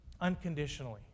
unconditionally